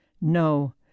No